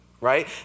right